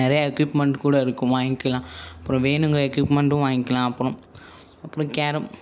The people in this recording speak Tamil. நிறையா எக்யூப்மெண்ட் கூட இருக்கும் வாங்கிக்கலாம் அப்புறம் வேணுங்கிற எக்யூப்மெண்ட்டும் வாங்கிக்கலாம் அப்புறம் அப்புறம் கேரம்